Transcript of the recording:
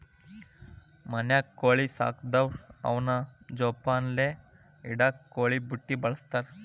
ಮನ್ಯಾಗ ಕೋಳಿ ಸಾಕದವ್ರು ಅವನ್ನ ಜೋಪಾನಲೆ ಇಡಾಕ ಕೋಳಿ ಬುಟ್ಟಿ ಬಳಸ್ತಾರ